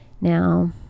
Now